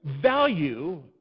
value